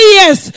yes